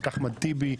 את אחמד טיבי.